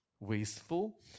wasteful